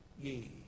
ye